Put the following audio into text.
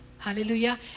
Hallelujah